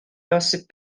posib